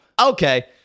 Okay